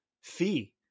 fee